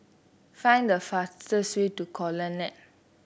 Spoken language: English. find the fastest way to The Colonnade